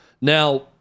Now